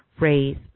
raise